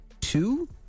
two